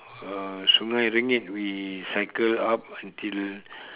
uh sungai rengit we cycle up until